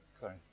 Sorry